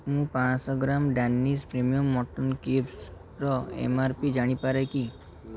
ମୁଁ ପାଞ୍ଚଶହ gram Danish premium mutton cubes ର ଏମ୍ ଆର୍ ପି ଜାଣି ପାରେ କି